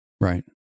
Right